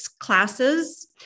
classes